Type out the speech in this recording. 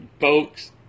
folks